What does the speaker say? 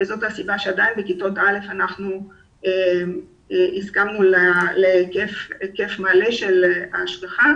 זו הסיבה שעדיין בכיתות א' אנחנו הסכמנו להיקף מלא של השגחה,